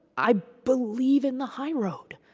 i believe in the high road.